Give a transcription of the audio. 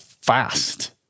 fast